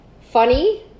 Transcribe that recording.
funny